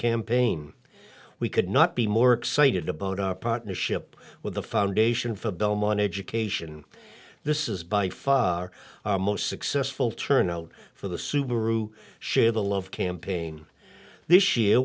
campaign we could not be more excited about our partnership with the foundation for belmont education this is by far our most successful turnout for the subaru shared a love campaign this year